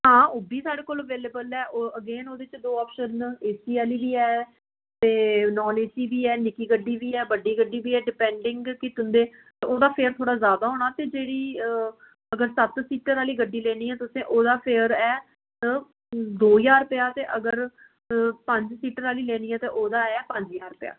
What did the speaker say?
हां उब्बी साढ़े कोल अवेलबल ऐ ओह् अगेन ओह्दे च दो ऑप्शन न ए सी आह्ली बी ऐ ते नॉन ए सी बी ऐ निक्की गड्डी बी ऐ बड्डी गड्डी बी ऐ डेपेंडिंग कि तुं'दे ओह्दा फेयर थोह्ड़ा ज्यादा होना ते जेह्ड़ी अगर सत्त सीटर आह्ली गड्डी लैनी ऐ तुसें ओह्दा फेयर ऐ दो ज्हार रपेआ ते अगर पंज सीटर आह्ली लैनी ऐ ते ओह्दा ऐ पंज ज्हार रपेआ